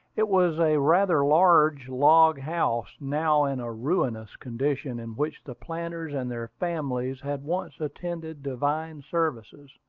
it was a rather large log-house, now in a ruinous condition, in which the planters and their families had once attended divine services.